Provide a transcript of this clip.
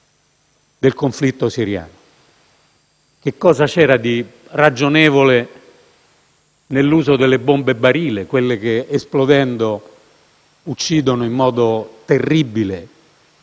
del conflitto siriano. Cosa c'era di ragionevole nell'uso delle bombe barile, quelle che esplodendo uccidono in modo terribile